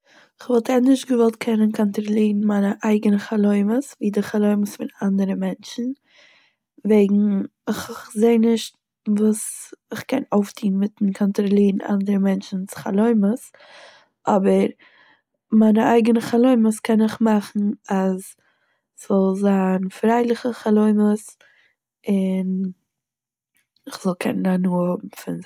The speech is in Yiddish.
כ'וואלט ענדערש געוואלט קענען קאנטראלירן מיינע אייגענע חלומות ווי די חלומות פון אנדערע מענטשן, וועגן איך זעה נישט וואס איך קען אויפטוהן מיט'ן קאנטראלירן אנדערע מענטשן'ס חלומות, אבער מיינע אייגענע חלומות קען איך מאכן אז ס'זאל זיין פריילעכע חלומות און כ'זאל קענען הנאה האבן פון זיי